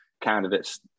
candidates